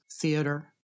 theater